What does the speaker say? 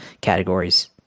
categories